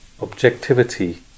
objectivity